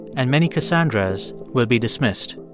and many cassandras will be dismissed